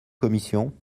commission